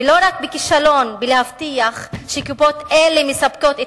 ולא רק בכישלון להבטיח שקופות-החולים נותנות